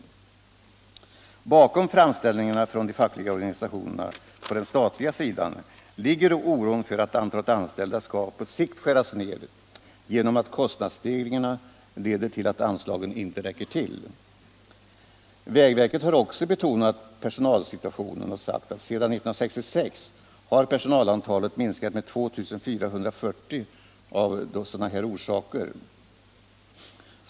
Bakom framställningarna från de fackliga organisationerna på den statliga sidan ligger oron för att antalet anställda på sikt skall skäras ned genom att kostnadsstegringarna leder till att anslagen inte räcker till. Vägverket har också betonat personalsituationen och sagt att antalet anställda sedan 1966 av sådana orsaker minskat med 2440 personer.